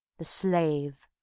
the slave,